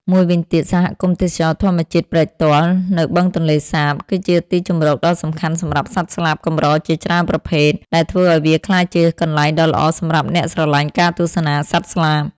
មួយវិញទៀត សហគមន៍ទេសចរណ៍ធម្មជាតិព្រែកទាល់ នៅបឹងទន្លេសាប គឺជាទីជម្រកដ៏សំខាន់សម្រាប់សត្វស្លាបកម្រជាច្រើនប្រភេទ ដែលធ្វើឱ្យវាក្លាយជាកន្លែងដ៏ល្អសម្រាប់អ្នកស្រឡាញ់ការទស្សនាសត្វស្លាប។